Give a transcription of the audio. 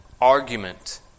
argument